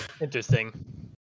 Interesting